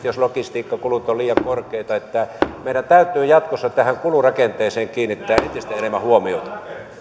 jos logistiikkakulut ovat liian korkeita meidän täytyy jatkossa tähän kulurakenteeseen kiinnittää entistä enemmän huomiota